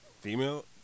female